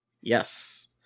Yes